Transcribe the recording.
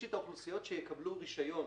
יש את האוכלוסיות שיקבלו רישיון,